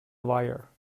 wire